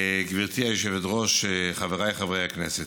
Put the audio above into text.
גברתי היושבת-ראש, חבריי חברי הכנסת,